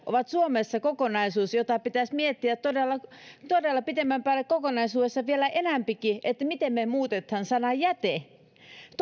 ovat suomessa kokonaisuus jota pitäisi miettiä todella todella pitemmän päälle kokonaisuudessaan vielä enempikin miten me muutamme sanan jäte